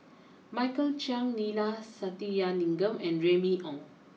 Michael Chiang Neila Sathyalingam and Remy Ong